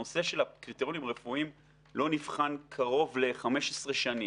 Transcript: הנושא של הקריטריונים הרפואיים לא נבחן קרוב ל-15 שנים.